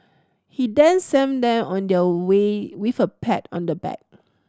he then sent them on their way with a pat on the back